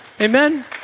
Amen